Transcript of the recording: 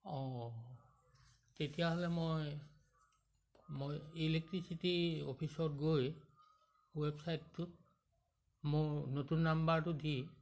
অঁ তেতিয়াহ'লে মই মই ইলেক্ট্ৰিচিটি অফিচত গৈ ৱেবছাইটটোত মোৰ নতুন নাম্বাৰটো দি